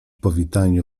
powitaniu